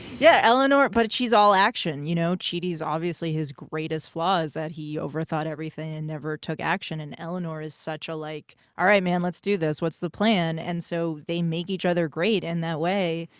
yeah, eleanor. but she's all action, you know. chidi's obviously, his greatest flaw is that he overthought everything and never took action. and eleanor is such a like, all right, man, let's do this. what's the plan? and so they make each other great in and that way.